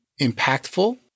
impactful